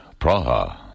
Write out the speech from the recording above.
Praha